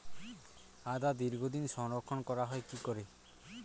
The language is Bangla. আদা দীর্ঘদিন সংরক্ষণ করা হয় কি করে?